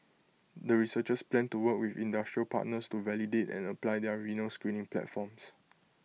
the researchers plan to work with industrial partners to validate and apply their renal screening platforms